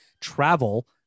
travel